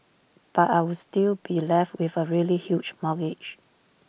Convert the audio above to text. but I would still be left with A really huge mortgage